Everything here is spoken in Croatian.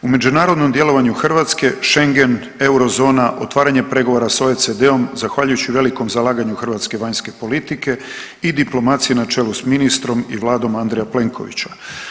U međunarodnom djelovanju Hrvatske schengen, euro zona, otvaranje pregovora s OECD-om zahvaljujući velikom zalaganju hrvatske vanjske politike i diplomacije na čelu sa ministrom i Vladom Andreja Plenkovića.